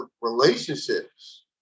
relationships